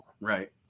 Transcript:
Right